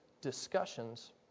discussions